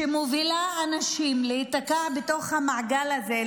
שמובילה אנשים להיתקע בתוך המעגל הזה,